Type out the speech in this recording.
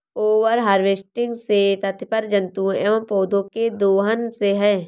over harvesting से तात्पर्य जंतुओं एंव पौधौं के दोहन से है